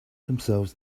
themselves